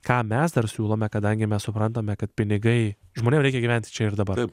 ką mes dar siūlome kadangi mes suprantame kad pinigai žmonėm reikia gyventi čia ir dabar